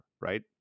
right